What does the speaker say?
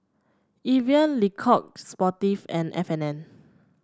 Evian Le Coq Sportif and F and N